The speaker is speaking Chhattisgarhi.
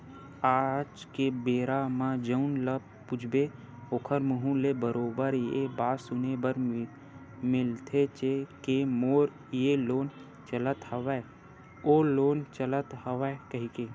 आज के बेरा म जउन ल पूछबे ओखर मुहूँ ले बरोबर ये बात सुने बर मिलथेचे के मोर ये लोन चलत हवय ओ लोन चलत हवय कहिके